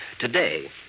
Today